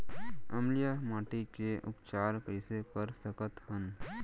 अम्लीय माटी के उपचार कइसे कर सकत हन?